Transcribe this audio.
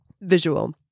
visual